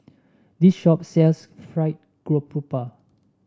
this shop sells Fried Garoupa